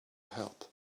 help